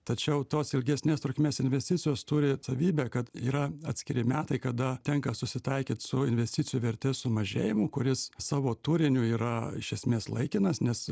tačiau tos ilgesnės trukmės investicijos turi savybę kad yra atskiri metai kada tenka susitaikyt su investicijų vertės sumažėjimu kuris savo turiniu yra iš esmės laikinas nes